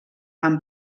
amb